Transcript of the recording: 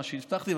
מה שהבטחתי,